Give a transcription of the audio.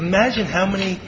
imagine how many